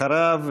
אחריו,